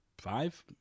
five